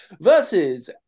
versus